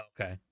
okay